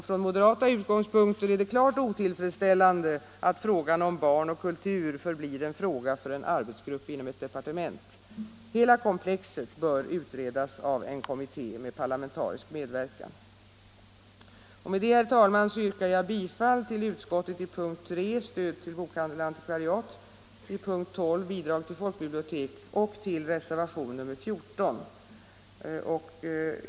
Från moderata utgångspunkter är det klart otillfredsställande att frågan om barn och kultur förblir en fråga för en arbetsgrupp inom ett departement. Hela komplexet bör utredas av en kommitté med parlamentarisk medverkan. Med detta, herr talman, yrkar jag bifall till utskottets hemställan i punkten 3, Stöd till bokhandel och antikvariat, i punkten 12, Bidrag till folkbibliotek, och till reservationen 14.